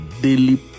daily